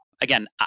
again